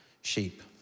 sheep